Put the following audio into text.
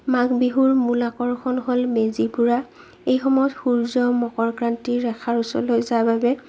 মাঘ বিহুৰ মূল আকৰ্ষণ হ'ল মেজি পুৰা এই সময়ত সূৰ্য মকৰক্ৰান্তি ৰেখাৰ ওচৰলৈ যায় বাবে